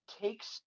takes